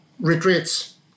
retreats